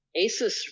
ASUS